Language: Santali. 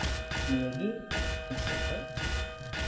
ᱱᱤᱭᱟᱹ ᱜᱮ ᱤᱧ ᱥᱮᱡ ᱠᱷᱚᱡ